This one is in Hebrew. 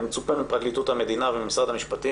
מצופה מפרקליטות המדינה וממשרד המשפטים